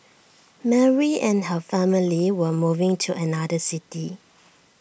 Mary and her family were moving to another city